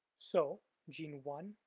so gene one,